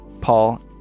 paul